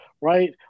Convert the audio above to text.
right